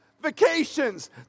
vacations